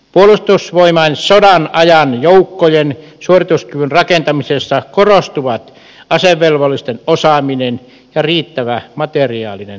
puolustusvoimain sodan ajan joukkojen suorituskyvyn rakentamisessa korostuvat asevelvollisten osaaminen ja riittävä materiaalinen suorituskyky